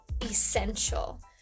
essential